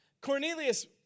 Cornelius